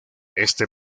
este